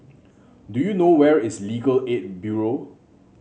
do you know where is Legal Aid Bureau